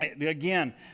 Again